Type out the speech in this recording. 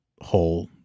whole